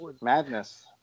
Madness